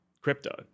crypto